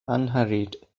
unhurried